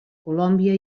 colòmbia